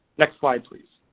next slide please.